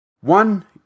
one